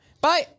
bye